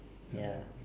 ya